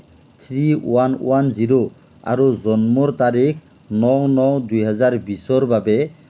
three one one zero আৰু জন্মৰ তাৰিখ ন ন দুহেজাৰ বিছৰ বাবে